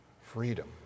freedom